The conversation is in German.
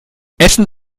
essen